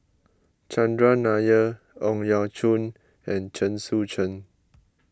Chandran Nair Ang Yau Choon and Chen Sucheng